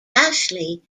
ashley